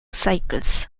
cycles